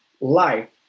life